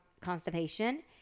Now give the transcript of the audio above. constipation